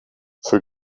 für